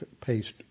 paste